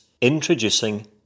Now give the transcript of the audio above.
introducing